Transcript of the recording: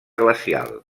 glacial